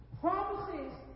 Promises